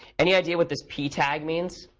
any idea what this p tag means?